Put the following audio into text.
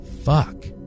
Fuck